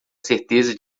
certeza